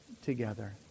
together